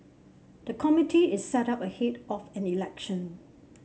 the committee is set up ahead of an election